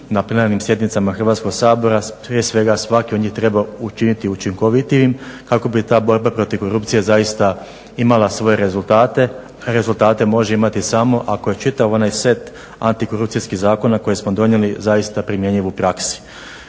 na plenarnim sjednicama Hrvatskog sabora prije svega svaki od njih treba učiniti učinkovitijim kako bi ta borba protiv korupcije zaista imala svoje rezultate. Rezultate može imati samo ako je čitav onaj set antikorupcijskih zakona koje smo donijeli zaista primjenjiv u praksi.